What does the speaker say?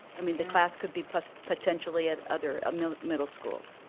i mean the class could be but potentially at other ah middle middle schools.